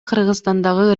кыргызстандагы